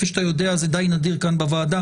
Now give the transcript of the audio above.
כפי שאתה יודע זה די נדיר כאן בוועדה.